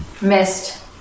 missed